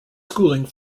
schooling